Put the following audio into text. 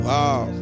Wow